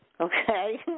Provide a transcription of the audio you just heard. okay